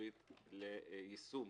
והמחשובית ליישום